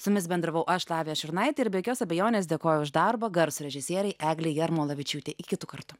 sumis bendravau aš lavija šurnaitė ir be jokios abejonės dėkoju už darbą garso režisierei eglei jarmolavičiūtei i kitų kartų